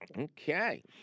Okay